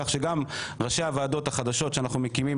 כך שגם ראשי הוועדות החדשות שאנחנו מקימים